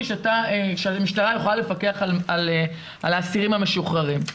שהמשטרה יכולה לפקח על האסירים המשוחררים.